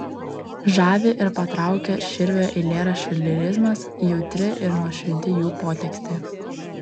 žavi ir patraukia širvio eilėraščių lyrizmas jautri ir nuoširdi jų potekstė